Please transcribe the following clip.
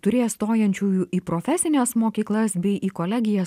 turės stojančiųjų į profesines mokyklas bei į kolegijas